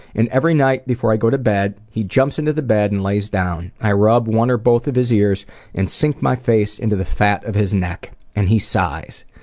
and every night before i go to bed he jumps into the bed and lays down. i rub one or both of his ears and sink my face into the fat of his neck and he sighs.